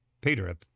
Peter